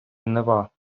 жнива